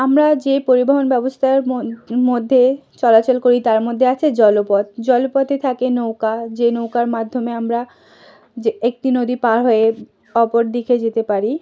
আমরা যে পরিবহন ব্যবস্থার মধ্যে চলাচল করি তার মধ্যে আছে জলপথ জলপথে থাকে নৌকা যে নৌকার মাধ্যমে আমরা যে একটি নদী পার হয়ে অপর দিকে যেতে পারি